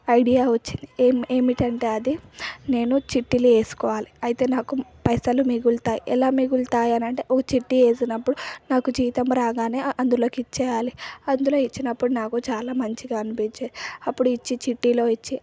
idea వచ్చింది ఏం ఏమిటంటే అది నేను చిట్టీలు వేసుకోవాలి అయితే నాకు పైసలు మిగులుతాయి ఎలా మిగులుతాయి అని అంటే ఒక చిట్టి వేసినప్పుడు నాకు జీతం రాగానే అందులోకి ఇచ్చేయాలి అందులో ఇచ్చినప్పుడు నాకు చాలా మంచిగా అనిపించి అప్పుడు ఇచ్చి చిట్టిలో ఇచ్చి